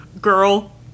Girl